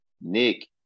Nick